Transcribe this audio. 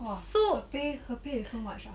!wah! so pay her pay so much